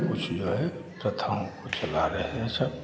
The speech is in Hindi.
कुछ जो है प्रथाओं को चला रहे हैं सब